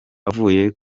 avuye